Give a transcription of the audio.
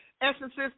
essences